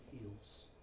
feels